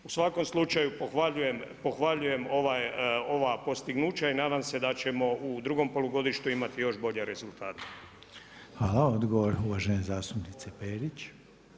U svakom slučaju pohvaljujem ova postignuća i nadam se da ćemo u drugom polugodištu imati još bolje rezultate.